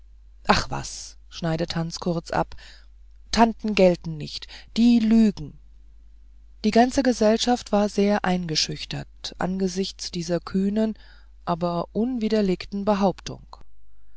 ach was schneidet hans kurz ab tanten gelten nicht die lügen die ganze gesellschaft war sehr eingeschüchtert angesichts dieser kühnen aber unwiderlegten behauptung